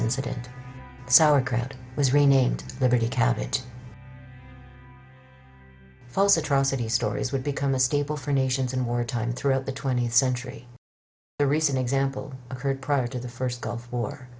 incident sauerkraut was renamed liberty cabbage false atrocity stories would become a staple for nations in war time throughout the twentieth century the recent example occurred prior to the first gulf war